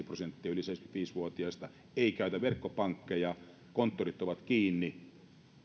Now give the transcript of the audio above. prosenttia yli seitsemänkymmentäviisi vuotiaista ei käytä verkkopankkeja konttorit ovat kiinni